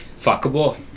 Fuckable